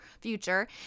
future